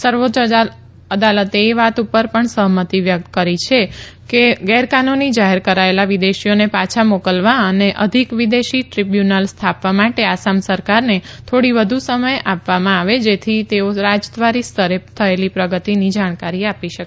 સર્વોચ્ય અદાલત એ વાત ઉપર પણ સહમતિ વ્યક્ત કરી કે ગેરકાનૂની જાહેર કરાયેલા વિદેશીઓને પાછા મોકલવા અને અધિક વિદેશી દ્રીબ્યુનલ સ્થાપવા માટે આસામ સરકારને થોડી વધુ સમય આપવામાં આવે જેથી તેઓ રાજદ્વારી સ્તરે થયેલી પ્રગતિની જાણકારી આપી શકે